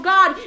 God